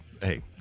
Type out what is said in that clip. hey